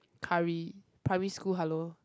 curry primary school hello